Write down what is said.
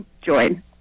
join